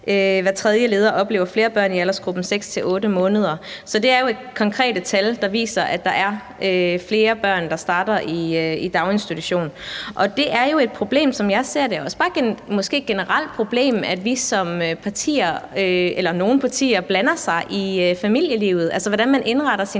hver tredje leder oplever flere børn i aldersgruppen 6-8 måneder. Så det er jo konkrete tal, der viser, at der er flere af de børn, der starter i daginstitution Det er jo, som jeg ser det, et problem, også bare måske et generelt problem, at vi som partier, eller at nogle partier blander sig i familielivet, altså hvordan man indretter sin